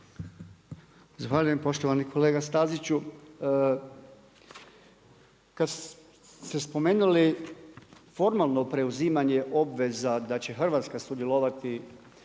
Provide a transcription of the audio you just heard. Zahvaljujem poštovani kolega Staziću. Kada ste spomenuli formalno preuzimanje obveza da će Hrvatska sudjelovati